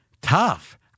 tough